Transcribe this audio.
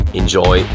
enjoy